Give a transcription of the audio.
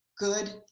good